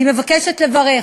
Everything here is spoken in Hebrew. אני מבקשת לברך